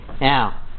Now